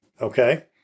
Okay